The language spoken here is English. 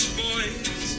boys